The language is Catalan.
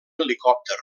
helicòpter